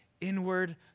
inward